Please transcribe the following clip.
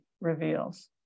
reveals